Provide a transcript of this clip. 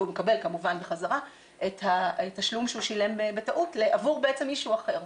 והוא מקבל כמובן בחזרה את התשלום שהיא שילם בטעות עבור בעצם מישהו אחר.